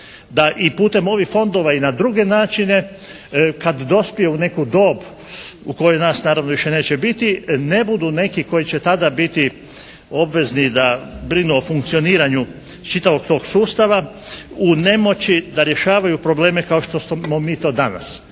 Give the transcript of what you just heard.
da i putem ovih fondova i na druge načine kad dospije u neku dob u kojoj nas naravno više neće biti ne budu neki koji će tada biti obvezni da brinu o funkcioniranju čitavog tog sustava u nemoći da rješavaju probleme kao što smo mi to danas.